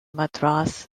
madras